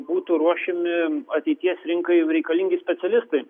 būtų ruošiami ateities rinkai reikalingi specialistai